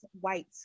white